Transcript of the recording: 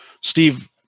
Steve